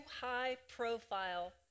high-profile